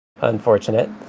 unfortunate